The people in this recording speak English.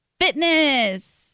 Fitness